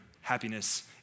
happiness